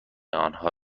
آنها